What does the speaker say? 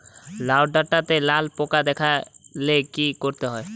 লাউ ডাটাতে লাল পোকা দেখালে কি করতে হবে?